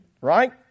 Right